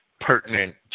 pertinent